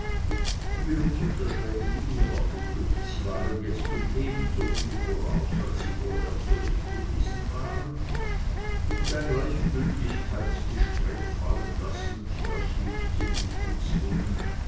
die benutzung der schräglinie war geglückt sie waren jetzt um ebensoviel voraus als sie vorher zurück gewesen waren und ein gleichgültigkeitsgespräch fallenlassend das sich ziemlich gezwungen